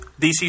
DC